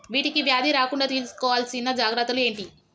వీటికి వ్యాధి రాకుండా తీసుకోవాల్సిన జాగ్రత్తలు ఏంటియి?